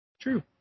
true